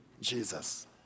Jesus